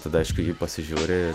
tada aišku į jį pasižiūri